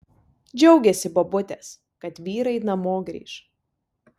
džiaugėsi bobutės kad vyrai namo grįš